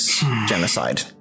genocide